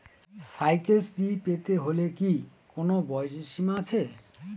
Cycle Shri পেতে হলে কি কোনো বয়সের সীমা আছে?